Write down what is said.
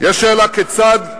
יש שאלה כיצד,